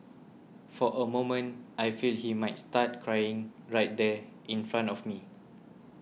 for a moment I feel he might start crying right there in front of me